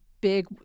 big